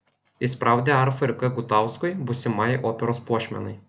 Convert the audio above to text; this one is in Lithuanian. įspraudė arfą ir k gutauskui būsimajai operos puošmenai